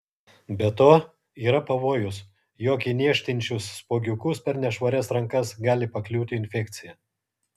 be to yra pavojus jog į niežtinčius spuogiukus per nešvarias rankas gali pakliūti infekcija